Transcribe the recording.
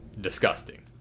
disgusting